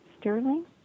Sterling